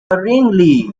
worryingly